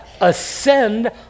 ascend